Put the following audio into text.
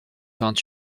vingt